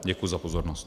Děkuji za pozornost.